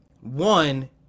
one